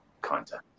content